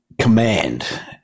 command